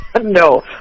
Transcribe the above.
No